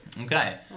Okay